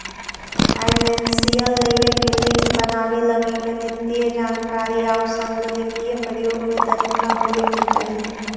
financial लेवे के list बनावे लगी गणितीय जानकारी आउ संगणकीय प्रयोग में दक्षता होवे के चाहि